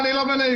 אני לא בנהיגה.